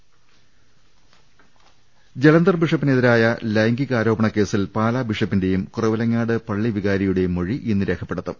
രുട്ട്ട്ട്ട്ട്ട്ട്ട്ട ജലന്ധർ ബിഷപ്പിനെതിരായ ലൈംഗികാരോപണ കേസിൽ പാലാ ബിഷപ്പിന്റെയും കുറുവിലങ്ങാട് പള്ളി വികാരിയുടെയും മൊഴി ഇന്ന് രേഖപ്പെടുത്തും